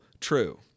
true